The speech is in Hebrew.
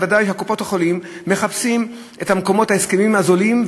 ודאי קופות-החולים מחפשות את המקומות עם ההסכמים הזולים,